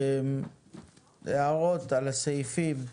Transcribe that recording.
הערות על הסעיפים 24,